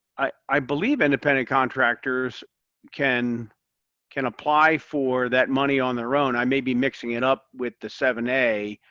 i believe independent contractors can can apply for that money on their own. i may be mixing it up with the seven a.